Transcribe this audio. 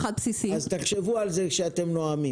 תחשבו על זה כשאתם נואמים.